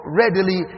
readily